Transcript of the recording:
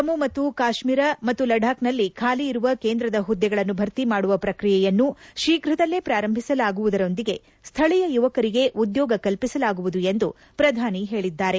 ಜಮ್ಮು ಮತ್ತು ಕಾಶ್ಮೀರ ಮತ್ತು ಲಡಾಖ್ನಲ್ಲಿ ಖಾಲಿ ಇರುವ ಕೇಂದ್ರದ ಹುದ್ದೆಗಳನ್ನು ಭರ್ತಿ ಮಾಡುವ ಪ್ರಕ್ರಿಯೆಯನ್ನು ಶೀಘ್ರದಲ್ಲೇ ಪ್ರಾರಂಭಿಸಲಾಗುವುದರೊಂದಿಗೆ ಸ್ಥಳೀಯ ಯುವಕರಿಗೆ ಉದ್ಯೋಗ ಕಲ್ಪಿಸಲಾಗುವುದು ಎಂದು ಪ್ರಧಾನಿ ಹೇಳಿದ್ದಾರೆ